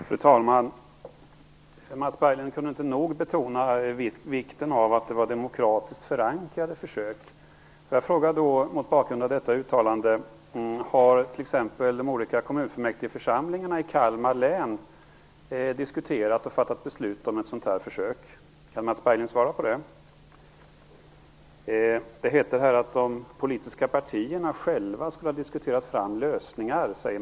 Fru talman! Mats Berglind kunde inte nog betona vikten av att det var demokratiskt förankrade försök. Mot bakgrund av detta uttalande vill jag ställa en fråga: Har t.ex. de olika kommunfullmäktigeförsamlingarna i Kalmar län diskuterat och fattat beslut om ett sådant här försök? Kan Mats Berglind svara på det? Det heter här att de politiska partierna själva skulle ha diskuterat fram lösningar.